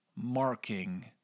marking